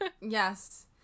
Yes